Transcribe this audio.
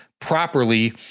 properly